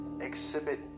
exhibit